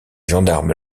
gendarmes